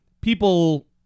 people